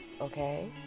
okay